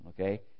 Okay